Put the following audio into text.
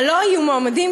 אבל לא יהיו מועמדים,